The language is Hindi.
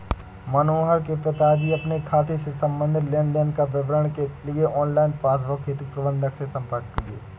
मनोहर के पिताजी अपने खाते से संबंधित लेन देन का विवरण के लिए ऑनलाइन पासबुक हेतु प्रबंधक से संपर्क किए